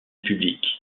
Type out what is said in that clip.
publique